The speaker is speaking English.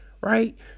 Right